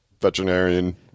veterinarian